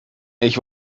ich